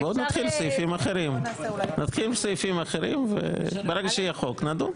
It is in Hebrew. בואו נתחיל מסעיפים אחרים, וברגע שיהיה חוק נדון.